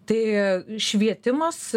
tai švietimas